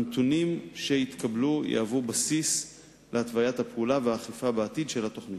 הנתונים שיתקבלו יהוו בסיס להתוויית הפעולה והאכיפה בעתיד של התוכנית.